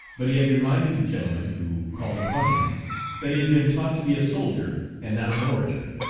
but he had reminded the gentleman who called upon him that he had been taught to be a soldier and not an orator.